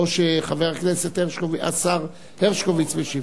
או שחבר הכנסת השר הרשקוביץ משיב?